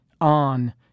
on